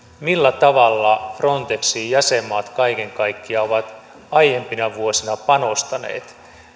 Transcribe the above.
millä tavalla frontexin jäsenmaat kaiken kaikkiaan ovat aiempina vuosina panostaneet